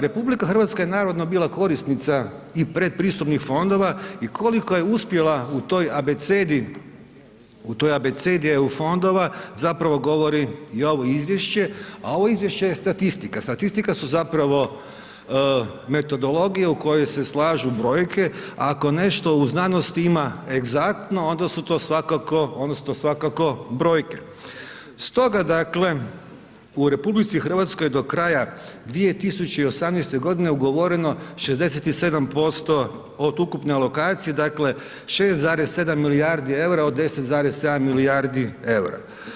RH je navodno bila korisnica i predpristupnih fondova i koliko je uspjela u toj abecedi EU fondova, zapravo govori i ovo izvješće a ovo izvješće je statistika, statistika su zapravo metodologije u kojoj se slažu brojke, ako nešto u znanosti ima egzaktno, onda su to svakako odnosno svakako brojke, stoga dakle u RH do kraja 2018. je ugovoreno 67% od ukupne alokacije, dakle 6,7 milijardi eura od 10,7 milijardi eura.